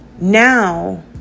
now